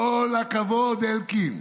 כל הכבוד, אלקין.